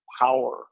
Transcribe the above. power